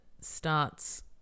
starts